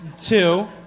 Two